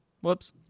Whoops